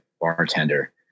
bartender